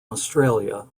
australia